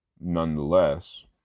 Nonetheless